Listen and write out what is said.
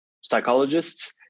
psychologists